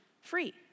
free